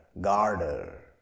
garder